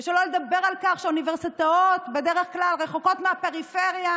ושלא לדבר על כך שהאוניברסיטאות בדרך כלל רחוקות מהפריפריה,